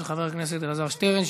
של חבר הכנסת אלעזר שטרן,